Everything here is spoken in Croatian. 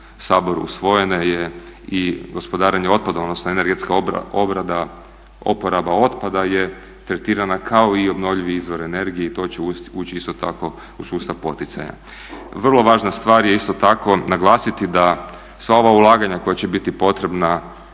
Saboru usvojene je i gospodarenje otpadom, odnosno energetska obrada uporabe otpada je tretirana kao i obnovljivi izvor energije i to će ući isto tako u sustav poticaja. Vrlo važna stvar je isto tako naglasiti da sva ova ulaganja koja će biti potrebna